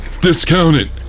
discounted